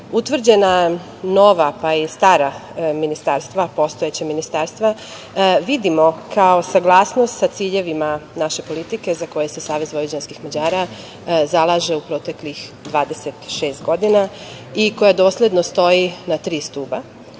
utvrđena nova, pa i stara ministarstva, postojeća ministarstva, vidimo kao saglasnost sa ciljevima naše politike za koje se SVM zalaže u proteklih 26 godina i koje dosledno stoji na tri